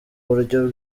buryo